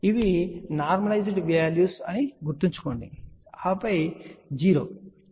ఇవి సాధారణీకరించిన విలువలు అని గుర్తుంచుకోండి ఆపై 0